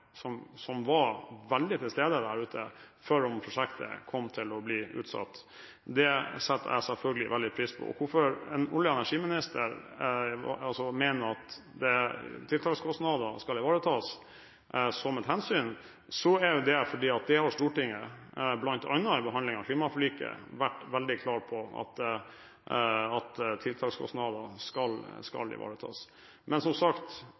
– som var veldig til stede der ute – rundt om prosjektet kom til å bli utsatt. Det setter jeg selvfølgelig veldig pris på. Når det gjelder hvorfor olje- og energiministeren mener at tiltakskostnader skal ivaretas som et hensyn, er det fordi det har Stortinget – bl.a. i behandlingen av klimaforliket – vært veldig klar på: Tiltakskostnadene skal ivaretas. Men som sagt: